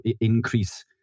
increase